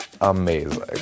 Amazing